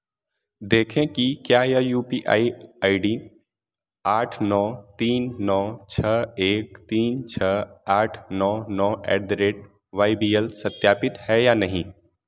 देखें कि क्या यह U P I I D आठ नौ तीन नौ छः एक तीन छः आठ नौ नौ at the rate Y B L सत्यापित है या नहीं